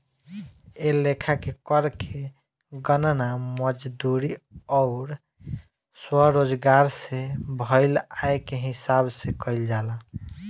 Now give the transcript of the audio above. ए लेखा के कर के गणना मजदूरी अउर स्वरोजगार से भईल आय के हिसाब से कईल जाला